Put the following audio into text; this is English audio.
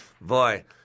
Boy